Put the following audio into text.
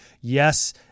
Yes